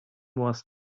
was